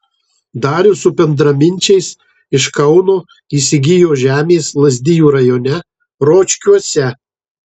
darius su bendraminčiais iš kauno įsigijo žemės lazdijų rajone ročkiuose